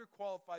underqualified